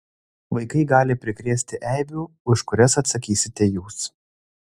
vaikai gali prikrėsti eibių už kurias atsakysite jūs